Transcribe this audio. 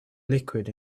liquid